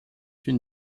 une